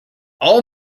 all